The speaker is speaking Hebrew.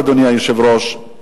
אדוני היושב-ראש,